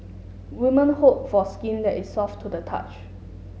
women hope for skin that is soft to the touch